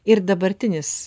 ir dabartinis